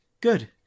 Good